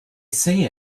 say